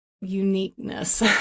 uniqueness